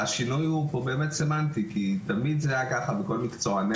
השינוי פה הוא באמת סמנטי כי תמיד זה היה ככה וכול מקצועני